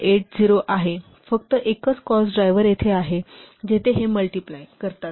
80 आहे फक्त एकच कॉस्ट ड्राइवर तेथे आहे जेथे हे मल्टिप्लाय करेल